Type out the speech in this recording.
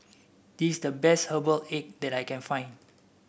this is the best Herbal Egg that I can find